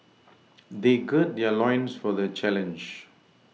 they gird their loins for the challenge